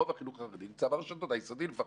היסודי לפחות,